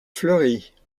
fleurie